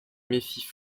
méfient